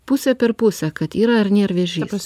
pusę per pusę kad yra ar nėr vežys